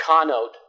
connote